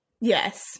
Yes